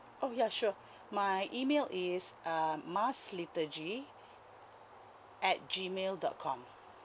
oh yeah sure my email is um maslithurgy at G mail dot com